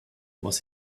was